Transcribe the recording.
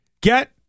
get